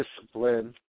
discipline